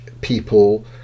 people